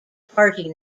party